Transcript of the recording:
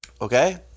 okay